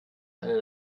eine